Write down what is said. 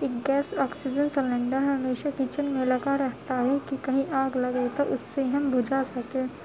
ایک gas oxygen cylinder ہمیشہ kitchen میں لگا رہتا ہوں کہ کہیں آگ لگے تو اس سے ہم بجھا سکیں